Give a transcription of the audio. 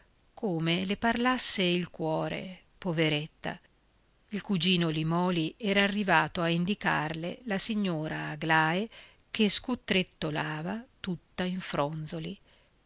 come le parlasse il cuore poveretta il cugino limòli era arrivato a indicarle la signora aglae che scutrettolava tutta in fronzoli